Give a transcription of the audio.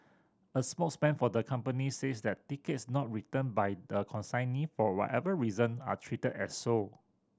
a spokesman for the company says that tickets not returned by the consignee for whatever reason are treated as sold